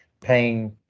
paying